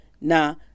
now